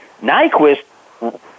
Nyquist